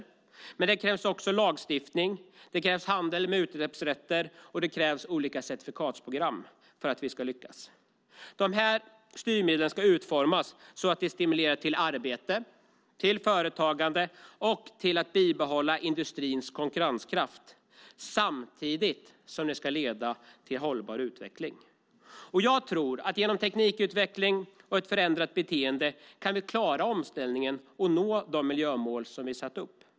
Men för att vi ska lyckas krävs också lagstiftning, handel med utsläppsrätter och olika certifikatsprogram. Dessa styrmedel ska utformas så att de stimulerar till arbete, till företagande och till att bibehålla industrins konkurrenskraft - samtidigt som det ska leda till hållbar utveckling. Jag tror att vi genom teknikutveckling och ett ändrat beteende kan klara omställningen och nå de miljömål som vi satt upp.